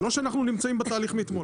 זה לא שאנחנו נמצאים בתהליך מאתמול.